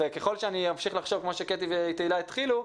ככול שאני אמשיך לחשוב כמו שקטי ותהלה התחילו,